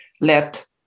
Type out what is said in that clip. let